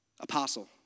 Apostle